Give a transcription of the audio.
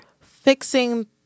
Fixing